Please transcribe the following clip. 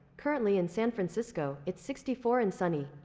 currently in san francisco, it's sixty four and sunny.